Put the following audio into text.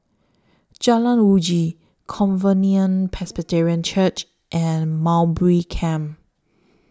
Jalan Uji Covenant Presbyterian Church and Mowbray Camp